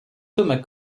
thomas